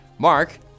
Mark